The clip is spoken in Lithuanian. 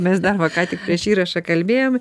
mes dar va ką tik prieš įrašą kalbėjom